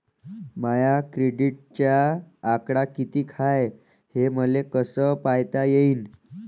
माया क्रेडिटचा आकडा कितीक हाय हे मले कस पायता येईन?